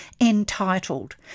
entitled